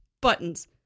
Buttons